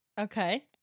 Okay